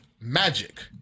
magic